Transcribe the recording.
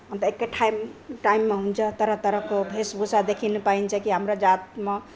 अन्त एकै टाइम टाइममा हुन्छ तरह तरहको वेशभूषा देखिनु पाइन्छ कि हाम्रो जातमा